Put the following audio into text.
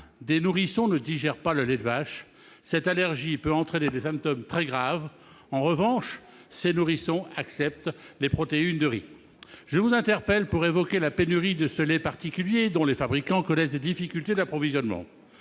nourrissons ne digèrent pas le lait de vache. Cette allergie peut entraîner des symptômes très graves. En revanche, ces mêmes nourrissons acceptent les protéines de riz. Je vous interpelle donc pour évoquer la pénurie de ce lait particulier dont les fabricants connaissent des difficultés d'approvisionnement.